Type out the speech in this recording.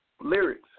Lyrics